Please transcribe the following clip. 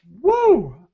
Woo